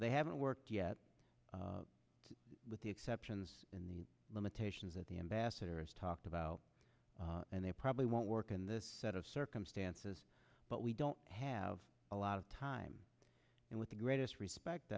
they haven't worked yet with the exceptions in the limitations that the ambassador is talked about and they probably won't work in this set of circumstances but we don't have a lot of time and with the greatest respect